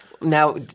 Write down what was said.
Now